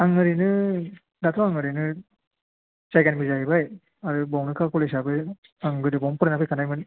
आं ओरैनो दाथ' आं ओरैनो जायगानिबो जाहैबाय आरो बेवनोखा कलेजआबो आं गोदो बावनो फरायना फैखानायमोन